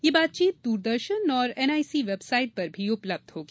यह बातचीत दूरदर्शन और एनआईसी वेबकास्ट पर भी उपलब्ध होगी